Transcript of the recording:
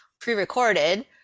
pre-recorded